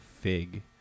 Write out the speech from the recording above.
FIG